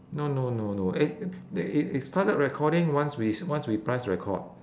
no no no no eh they i~ it started recording once we once we pressed record